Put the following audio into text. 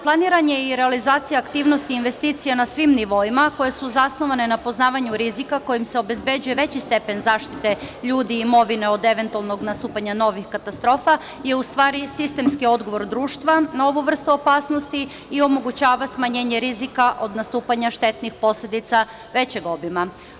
Planirana je i realizacija aktivnosti investicija na svim nivoima, koje su zasnovane na poznavanju rizika kojim se obezbeđuje veći stepen zaštite ljudi i imovine od eventualnog nastupanja novih katastrofa je u stvari sistemski odgovor društva na ovu vrstu opasnosti i omogućava smanjenje rizika od nastupanja štetnih posledica većeg obima.